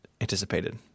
anticipated